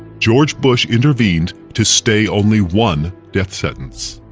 george bush intervened to stay only one death sentence.